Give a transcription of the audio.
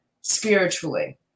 spiritually